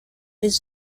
his